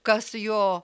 kas jo